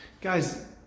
Guys